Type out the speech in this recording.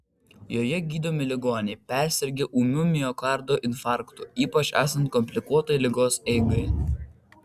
joje gydomi ligoniai persirgę ūmiu miokardo infarktu ypač esant komplikuotai ligos eigai